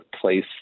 place